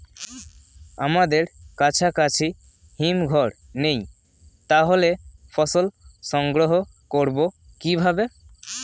আমাদের কাছাকাছি হিমঘর নেই তাহলে ফসল সংগ্রহ করবো কিভাবে?